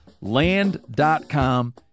Land.com